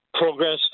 progress